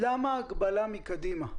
למה ההגבלה מקדימה?